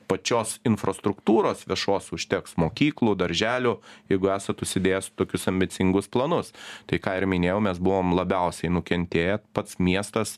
pačios infrastruktūros viešos užteks mokyklų darželių jeigu esat užsidėjęs tokius ambicingus planus tai ką ir minėjau mes buvom labiausiai nukentėję pats miestas